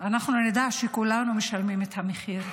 אנחנו נדע שכולנו משלמים את המחיר.